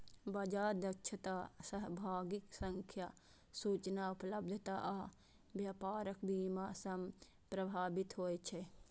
बाजार दक्षता सहभागीक संख्या, सूचना उपलब्धता आ व्यापारक सीमा सं प्रभावित होइ छै